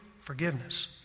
forgiveness